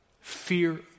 Fear